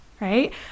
right